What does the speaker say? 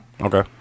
okay